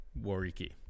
Wariki